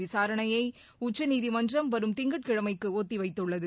விசாரணையை உச்சநீதிமன்றம் வரும் திங்கட்கிழமைக்கு ஒத்திவைத்துள்ளது